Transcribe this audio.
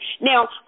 Now